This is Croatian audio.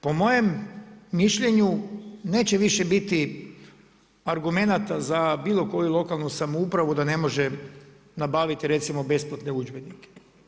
Po mojem mišljenju neće više biti argumenata za bilo koju lokalnu samoupravu da ne može nabaviti recimo besplatne udžbenike.